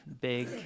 big